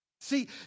See